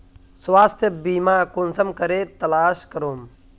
स्वास्थ्य बीमा कुंसम करे तलाश करूम?